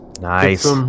Nice